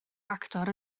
actor